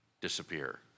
disappear